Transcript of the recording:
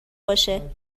باشه